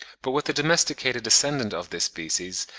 but with the domesticated descendant of this species,